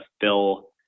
fill